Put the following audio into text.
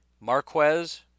Marquez